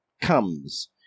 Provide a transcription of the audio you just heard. comes